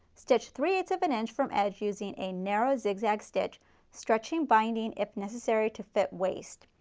stitch three eight ths of an inch from edge using a narrow zigzag stitch stretching binding if necessary to fit waist.